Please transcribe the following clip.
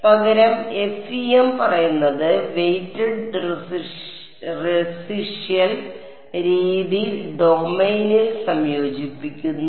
അതിനാൽ പകരം FEM പറയുന്നത് വെയ്റ്റഡ് റെസിഷ്യൽ രീതി ഡൊമെയ്നിൽ സംയോജിപ്പിക്കുന്നു